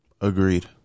Agreed